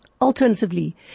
Alternatively